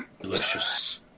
Delicious